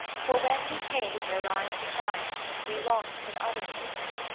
for when we came where lies the child we lost in other years,